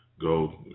go